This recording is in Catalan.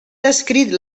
descrit